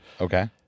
Okay